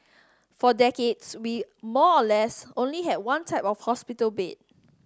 for decades we more or less only had one type of hospital bed